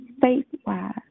faith-wise